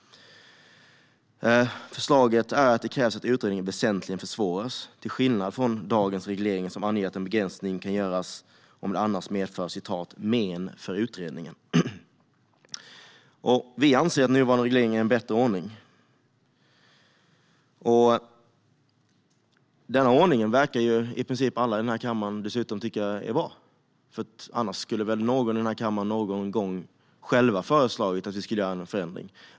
Förslaget är att det krävs att utredningen väsentligen försvåras, till skillnad från dagens reglering som anger att en begränsning kan göras om det annars medför men för utredningen. Vi anser att nuvarande reglering är en bättre ordning. Den ordningen verkar i princip alla i kammaren dessutom tycka är bra. Annars skulle väl någon i kammaren någon gång själv ha föreslagit att vi skulle göra en förändring.